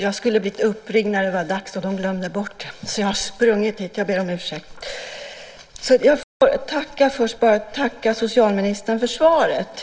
Fru talman! Jag vill först tacka socialministern för svaret.